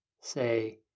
Say